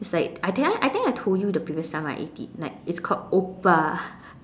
it's like I did I I think I told you the previous time I ate it like it's called oppa